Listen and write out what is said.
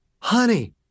honey